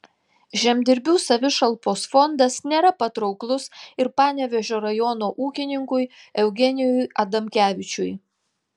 žemdirbių savišalpos fondas nėra patrauklus ir panevėžio rajono ūkininkui eugenijui adamkevičiui